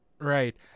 Right